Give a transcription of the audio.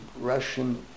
Russian